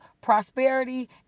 prosperity